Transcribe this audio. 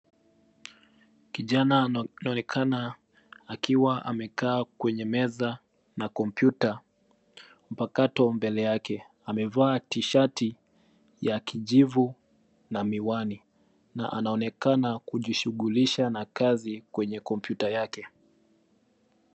Kijana anaonekana akiwa amekaa kwenye meza na kompyuta mpakato mbele yake. Amevaa tishati ya kijivu na miwani na anaonekana akijishughulisha na kazi kwenye kompyuta yake.